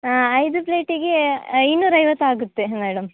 ಹಾಂ ಐದು ಪ್ಲೇಟಿಗೆ ಇನ್ನೂರೈವತ್ತು ಆಗುತ್ತೆ ಮೇಡಮ್